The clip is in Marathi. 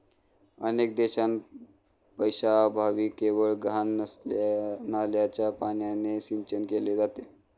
अनेक देशांत पैशाअभावी केवळ घाण नाल्याच्या पाण्याने सिंचन केले जाते